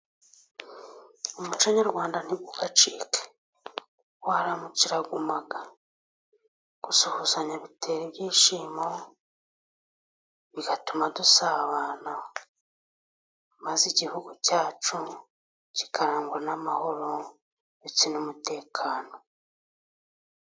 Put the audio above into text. umuco nyarwanda ntugacike. Waramutse iraguma. Gusuhuzanya bitera ibyishimo, bigatuma dusabana, maze igihugu cyacu kikarangwa n'amahoro ndetse n'umutekano.